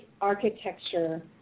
architecture